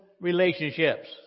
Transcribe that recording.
relationships